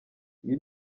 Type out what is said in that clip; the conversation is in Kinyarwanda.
iyo